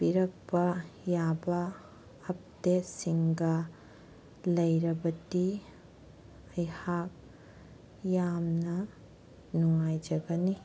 ꯄꯤꯔꯛꯄ ꯌꯥꯕ ꯑꯞꯗꯦꯠꯁꯤꯡꯒ ꯂꯩꯔꯕꯗꯤ ꯑꯩꯍꯥꯛ ꯌꯥꯝꯅ ꯅꯨꯡꯉꯥꯏꯖꯒꯅꯤ